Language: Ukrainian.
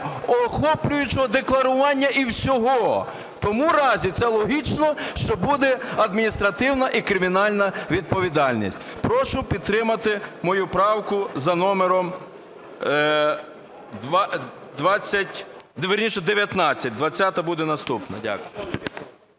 всеохоплюючого декларування і всього. В тому разі це логічно, що буде адміністративна і кримінальна відповідальність. Прошу підтримати мою правку за номером 19. 20-а буде наступна. Дякую.